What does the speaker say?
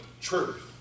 truth